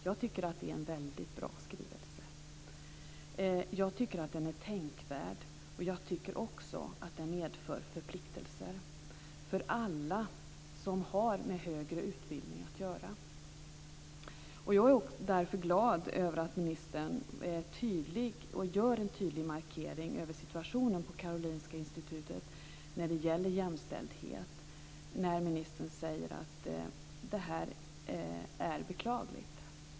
Jag tycker att det är en väldigt bra skrivelse. Jag tycker att den är tänkvärd, och jag tycker också att den medför förpliktelser för alla som har med högre utbildning att göra. Jag är därför glad att ministern är tydlig och gör en tydlig markering om situationen på Karolinska institutet när det gäller jämställdhet när han säger att det här är beklagligt.